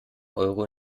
euro